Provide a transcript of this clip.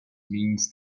means